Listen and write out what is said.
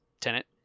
tenant